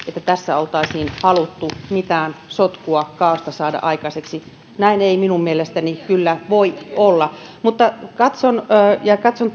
tässä oltaisiin haluttu mitään sotkua kaaosta saada aikaiseksi näin ei minun mielestäni kyllä voi olla mutta katson